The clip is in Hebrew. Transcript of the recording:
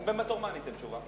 בתור מה אני אתן תשובה?